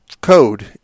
code